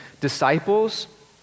disciples